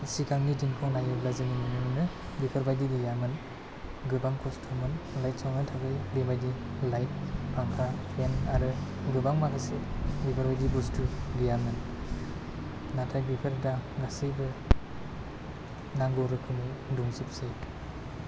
सिगांनि दिनखौ नायोब्ला जों नुनो मोनो बेफोरबायदि गैयामोन गोबां खस्थ'मोन थांनानै थानो थाखाय बेबायदि लाइफ फांखा फेन आरो गोबां माखासे बेफोरबायदि बुस्थु गैयामोन नाथाय बेफोर दा गासैबो नांगौ रोखोमै दंजोबसै